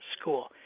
school